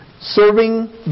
Serving